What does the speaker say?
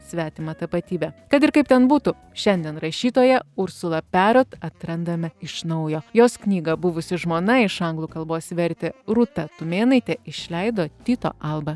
svetima tapatybe kad ir kaip ten būtų šiandien rašytoja ursulą perot atrandame iš naujo jos knygą buvusi žmona iš anglų kalbos vertė rūta tumėnaitė išleido tyto alba